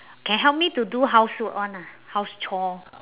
can help me to do housework one ah house chore